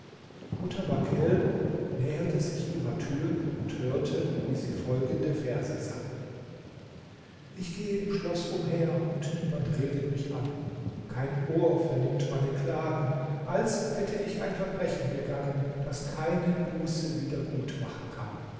mutawakkel näherte sich ihrer tür und hörte wie sie folgende verse sang ich gehe im schloß umher und niemand redet mich an kein ohr vernimmt meine klagen als hätte ich ein verbrechen begangen das keine buße wieder gutmachen kann